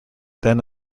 then